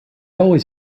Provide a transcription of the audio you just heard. always